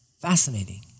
Fascinating